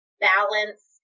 balance